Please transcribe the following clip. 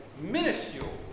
minuscule